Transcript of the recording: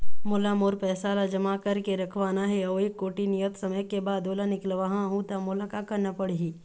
मोला मोर पैसा ला जमा करके रखवाना हे अऊ एक कोठी नियत समय के बाद ओला निकलवा हु ता मोला का करना पड़ही?